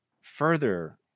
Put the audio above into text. further